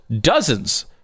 dozens